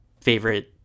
favorite